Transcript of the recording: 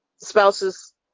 Spouses